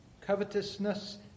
covetousness